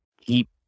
keep